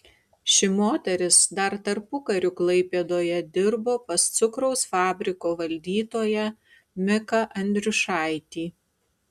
ši moteris dar tarpukariu klaipėdoje dirbo pas cukraus fabriko valdytoją miką andriušaitį